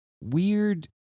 weird